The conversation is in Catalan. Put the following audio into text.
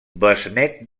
besnét